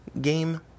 game